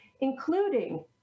including